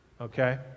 Okay